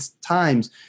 times